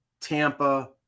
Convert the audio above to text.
Tampa